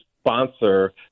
sponsor